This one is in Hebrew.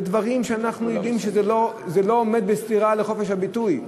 אלה דברים שאנחנו יודעים שלא עומדים בסתירה לחופש הביטוי,